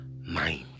mind